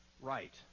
right